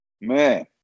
man